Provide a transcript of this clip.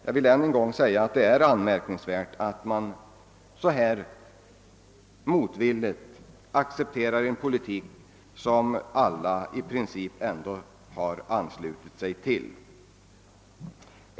Jag vill än en gång säga att det är anmärkningsvärt att man så här motvil ligt accepterar en politik som alla i princip ändå har anslutit sig till.